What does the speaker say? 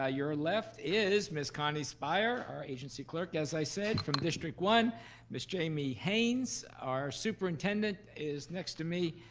ah your left is miss connie sphire. our agency clerk as i said from district one miss jamie haynes. our superintendent is next to me,